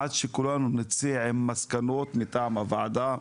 עד שכולנו נצא עם מסקנות מטעם הוועדה.